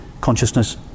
consciousness